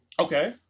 Okay